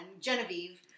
genevieve